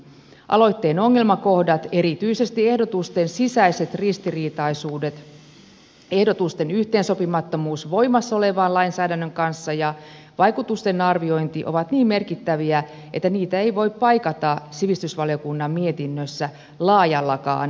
aloitteen ongelmakohdat erityisesti ehdotusten sisäiset ristiriitaisuudet ehdotusten yhteensopimattomuus voimassa olevan lainsäädännön kanssa ja vaikutusten arviointi ovat niin merkittäviä että niitä ei voi paikata sivistysvaliokunnan mietinnössä laajallakaan asiantuntijakuulemisella